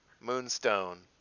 moonstone